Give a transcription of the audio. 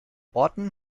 orten